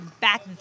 back